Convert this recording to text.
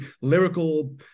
lyrical